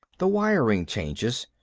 the wiring changes.